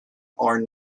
are